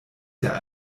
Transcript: der